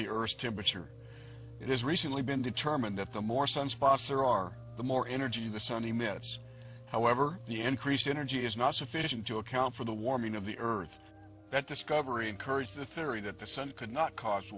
the earth's temperature it is recently been determined that the more sunspots there are the more energy the sunny minutes however the encrease energy is not sufficient to account for the warming of the earth that discovery encouraged the theory that the sun could not c